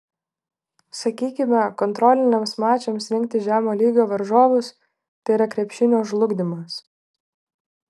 sakykime kontroliniams mačams rinktis žemo lygio varžovus tai yra krepšinio žlugdymas